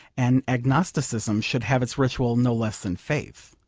and agnosticism should have its ritual no less than faith.